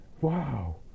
wow